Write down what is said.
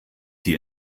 die